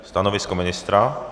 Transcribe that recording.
Stanovisko ministra?